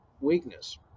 weakness